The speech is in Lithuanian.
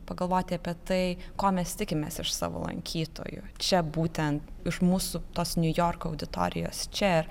pagalvoti apie tai ko mes tikimės iš savo lankytojų čia būtent iš mūsų tos niujorko auditorijos čia